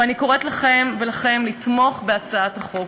ואני קוראת לכם ולכן לתמוך בהצעת החוק.